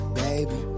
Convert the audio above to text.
baby